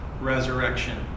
resurrection